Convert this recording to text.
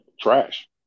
trash